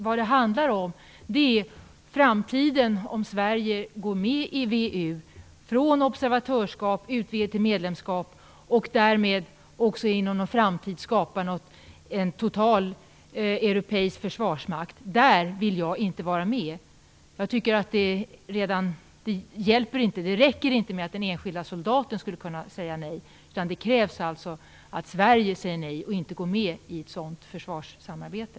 Vad det handlar om är framtiden, om Sverige går från observatörskap till medlemskap i VEU och därmed också inom en framtid skapar en total europeisk försvarsmakt. Där vill jag inte vara med. Jag tycker inte att det räcker med att den enskilde soldaten skall kunna säga nej. Det krävs alltså att Sverige säger nej och inte går med i ett sådant försvarssamarbete.